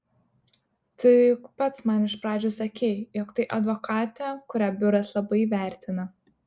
tu juk pats man iš pradžių sakei jog tai advokatė kurią biuras labai vertina